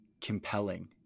compelling